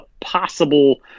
possible